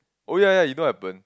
oh ya ya you know what happen